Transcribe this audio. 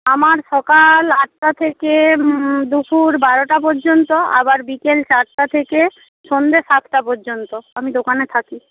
আমার সকাল আটটা থেকে দুপুর বারোটা পর্যন্ত আবার বিকেল চারটে থেকে সন্ধ্যা সাতটা পর্যন্ত আমি দোকানে থাকি